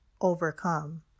overcome